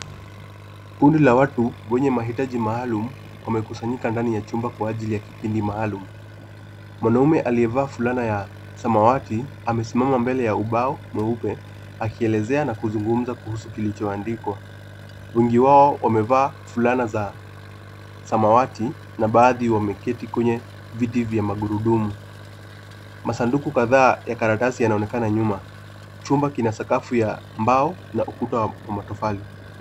Kundi la watu wenye mahitaji maalum, wamekusanyika ndani ya chumbaa kwa ajili ya kipindi maalum. Mwanaume aliyevaa fulana ya samawati amesimama mbele ya ubao mweupe akielezea na kuzungumza kuhusu kilichoandikwa. Wengi wao wamevaa fulana za samawati na baadhi wameketi kwenye viti vya magurudumu. Masanduku kadhaa ya karatasi yanaonekana nyuma. Chumba kina sakafu ya mbao na ukuta wa matofali.